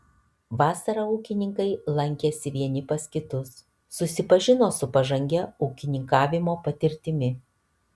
vasarą ūkininkai lankėsi vieni pas kitus susipažino su pažangia ūkininkavimo patirtimi